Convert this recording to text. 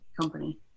company